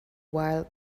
while